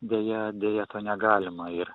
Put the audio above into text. deja deja to negalima ir